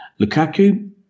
Lukaku